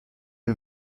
est